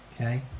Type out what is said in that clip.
Okay